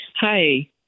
Hi